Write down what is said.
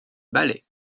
ballets